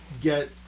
get